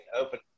open